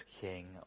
king